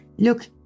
Look